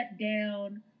down